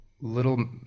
little